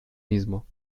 mismo